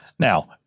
Now